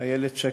איילת שקד,